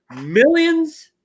millions